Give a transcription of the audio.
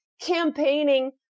Campaigning